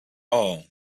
all